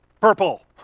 purple